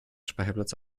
speicherplatz